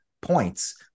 Points